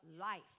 life